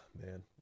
man